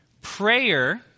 Prayer